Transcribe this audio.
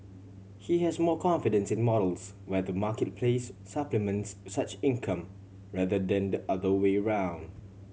he has more confidence in models where the marketplace supplements such income rather than the other way around